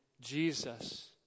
Jesus